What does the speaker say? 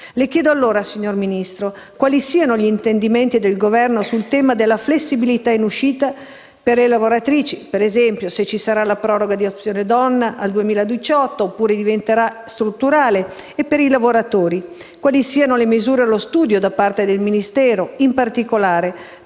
Le chiedo allora, signor Ministro, quali siano gli intendimenti del Governo sul tema della flessibilità in uscita per le lavoratrici (ad esempio, se ci sarà la proroga di Opzione donna al 2018, oppure diventerà strutturale) e per i lavoratori e quali siano le misure allo studio da parte del Ministero, in particolare